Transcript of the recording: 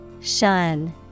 Shun